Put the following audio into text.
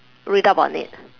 read up on it